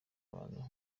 abantu